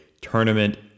tournament